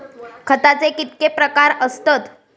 खताचे कितके प्रकार असतत?